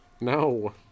no